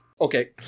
Okay